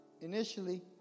initially